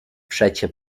przecie